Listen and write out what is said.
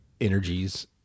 energies